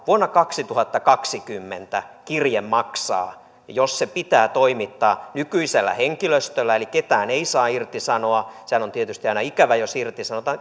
vuonna kaksituhattakaksikymmentä kirje maksaa jos se pitää toimittaa nykyisellä henkilöstöllä eli ketään ei saa irtisanoa sehän on tietysti aina ikävää jos irtisanotaan